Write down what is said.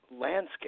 landscape